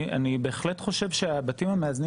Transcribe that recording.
אני בהחלט חושב שהבתים המאזנים